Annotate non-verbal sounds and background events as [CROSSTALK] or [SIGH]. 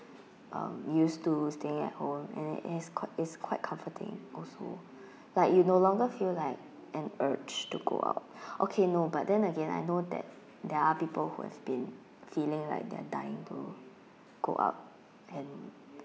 um used to staying at home and it's quite it's quite comforting also [BREATH] like you no longer feel like an urge to go out [BREATH] okay no but then again I know that there are people who have been feeling like they are dying to go out and